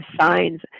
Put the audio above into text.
signs